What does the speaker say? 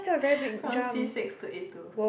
from c-six to a-two